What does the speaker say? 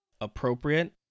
appropriate